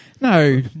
No